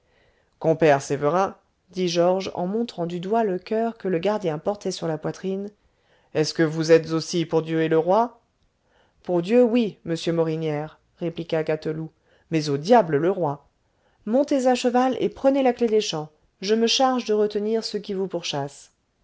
compère sévérin dit georges en montrant du doigt le coeur que le gardien portait sur la poitrine est-ce que vous êtes aussi pour dieu et le roi pour dieu oui monsieur morinière répliqua gâteloup mais au diable le roi montez à cheval et prenez la clef des champs je me charge de retenir ceux qui vous pourchassent